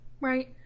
right